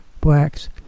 blacks